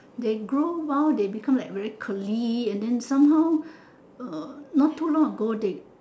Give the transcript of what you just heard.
they grow while they become like very curly and then somehow uh not too long ago they